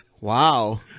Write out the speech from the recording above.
Wow